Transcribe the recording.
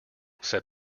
said